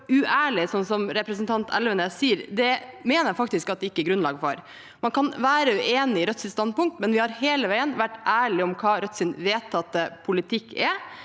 uærlig, slik representanten Elvenes gjør, mener jeg det ikke er grunnlag for. Man kan være uenig i Rødts standpunkt, men vi har hele veien vært ærlige om hva Rødts vedtatte politikk er.